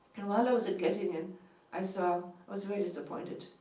and while i was at gottingen, i so was very disappointed.